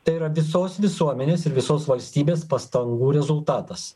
tai yra visos visuomenės ir visos valstybės pastangų rezultatas